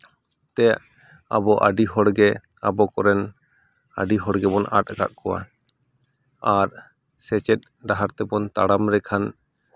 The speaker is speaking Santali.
ᱛᱮ ᱟᱵᱚ ᱟᱹᱰᱤ ᱦᱚᱲ ᱜᱮ ᱟᱵᱚ ᱠᱚᱨᱮᱱ ᱟᱹᱰᱤ ᱦᱚᱲ ᱜᱮᱵᱚᱱ ᱟᱫ ᱠᱟᱜ ᱠᱚᱣᱟ ᱟᱨ ᱥᱮᱪᱮᱫ ᱰᱟᱦᱟᱨ ᱛᱮᱵᱚᱱ ᱛᱟᱲᱟᱢ ᱞᱮᱠᱷᱟᱱ